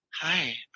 hi